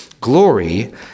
Glory